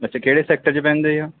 ਅੱਛਾ ਕਿਹੜੇ ਸੈਕਟਰ 'ਚ ਪੈਂਦੇ ਆ